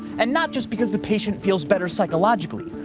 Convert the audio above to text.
and not just because the patient feels better psychologically,